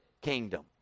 kingdom